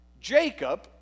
Jacob